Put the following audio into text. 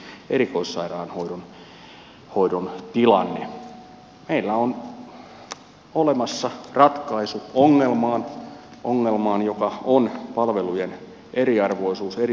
meillä on olemassa ratkaisu ongelmaan ongelmaan joka on palvelujen eriarvoisuus eri puolilla suomea